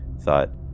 thought